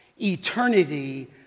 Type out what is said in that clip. eternity